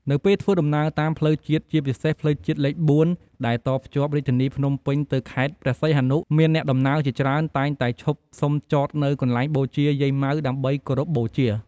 នៅពេលធ្វើដំណើរតាមផ្លូវជាតិជាពិសេស ផ្លូវជាតិលេខ ៤ ដែលតភ្ជាប់រាជធានីភ្នំពេញទៅខេត្តព្រះសីហនុ មានអ្នកដំណើរជាច្រើនតែងតែឈប់សំចតនៅកន្លែងបូជា យាយម៉ៅ ដើម្បីគោរពបូជា។